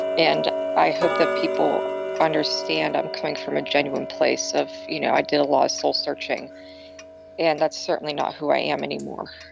and i hope that people understand i'm coming from a genuine place of, you know, i did a lot of soul searching and that's certainly not who i am anymore